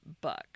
book